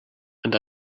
and